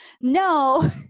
no